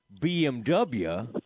BMW